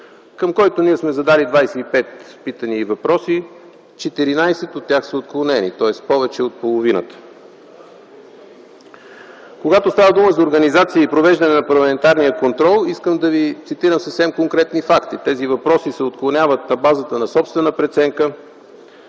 към който ние сме задали 25 питания и въпроси, 14 от тях са отклонени. Тоест повече от половината. Когато става дума за организация и провеждане на парламентарния контрол, искам да ви цитирам съвсем конкретни факти. Тези въпроси се отклоняват на базата на собствена преценка.